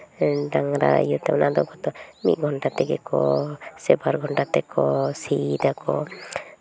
ᱰᱟᱝᱨᱟ ᱤᱭᱟᱹ ᱛᱮ ᱚᱱᱟ ᱫᱚ ᱢᱤᱫ ᱜᱷᱚᱱᱴᱟ ᱛᱮᱜᱮ ᱠᱚ ᱥᱮ ᱵᱟᱨ ᱜᱷᱚᱱᱴᱟ ᱛᱮᱠᱚ ᱥᱤᱭ ᱫᱟᱠᱚ